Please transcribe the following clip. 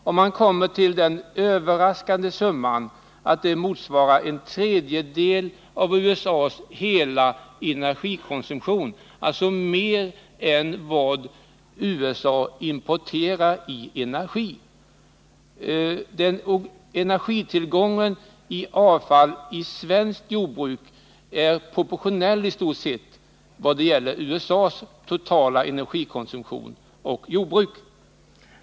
Man har kommit till det överraskande resultatet att gasmängden motsvarar en tredjedel av USA:s hela energikonsumtion, alltså mer än vad USA importerar av energi. Energitillgången i avfall från svenskt jordbruk är proportionell mot vad som gäller för USA:s del.